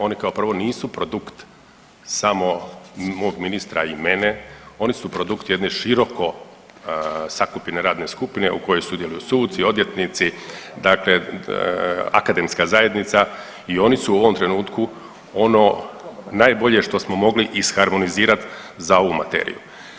Oni kao prvo nisu produkt samog mog ministra i mene, oni su produkt jedne široko sakupine radine skupine u kojoj sudjeluju suci, odvjetnici dakle akademska zajednica i oni su u ovom trenutku ono najbolje što smo mogli isharmonizirat za ovu materiju.